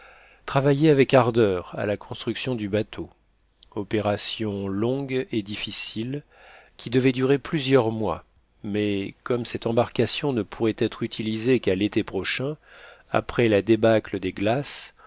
travaillaient avec ardeur à la construction du bateau opération longue et difficile qui devait durer plusieurs mois mais comme cette embarcation ne pourrait être utilisée qu'à l'été prochain après la débâcle des glaces